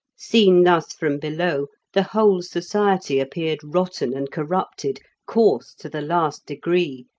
seen thus from below, the whole society appeared rotten and corrupted, coarse to the last degree,